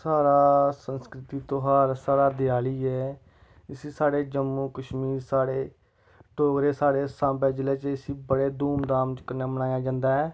साढ़ा संस्कृति त्योहार साढ़ा दियाली ऐ इसी साढ़े जम्मू कश्मीर च साढ़े डोगरे साढ़े साम्बा जिला च इसी बड़े धूमधाम कन्नै मनाया जंदा ऐ